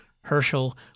Herschel